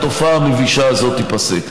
התופעה המבישה הזאת תיפסק.